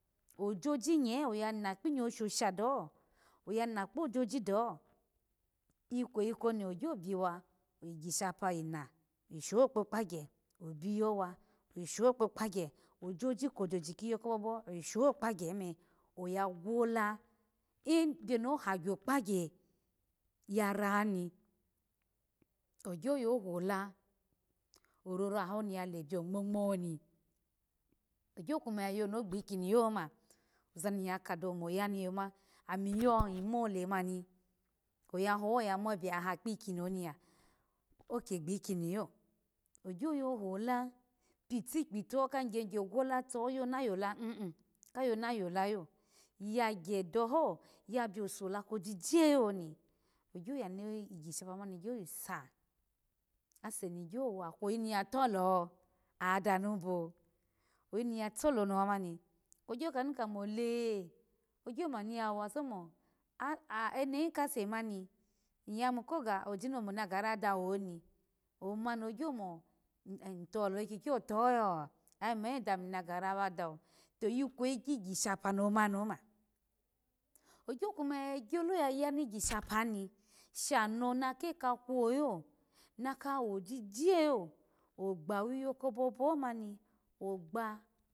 Ojoji nye oya na kpimyawo shosha doho oya na kpojoji daho ikweyi koni ogyo biya oyigishapa yina oshokpokpagye obiyo wa osho kpokpugye ojoji kojoji kiyo kobo bo oyi shokpagye ome oya kwolai biyo ni ahagye okpgye ya rani ogyo yo hola orora hi ya lema biyongmongmo ni ogyo kuma ya yo no gbikini yoma oza ni ya ka dawo moya ni yoma amiyo imo lema ni oya ho oya ma biyo ya hokini om ya oke gbikimi yo ogyo yohola pitikpito ka yigye gwoltu yo na yola kayo na yola yagye daho ya biyo sola kojije yo ni ogyo yani gishapa sa aseni gyo wa koyi ni yatoloho aya danu ibo oyi ni yatoloho no mamni ogyo ka danu kamo le e ogyo kamo anu yawa somo enehi ase mami iya yimu ko ga oji momo na gara dawo oni omani ogyo mo itoloho ikyikyo otohoyo amo dami ikweyi kigishapa noma moma ogyo koma gyelo ya yani gishapa ni shano nake kakwo yo naka wojije yo okpa wiyo koboboho mani ogba